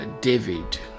David